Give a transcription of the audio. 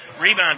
Rebound